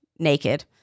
naked